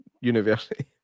university